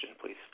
please